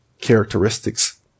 characteristics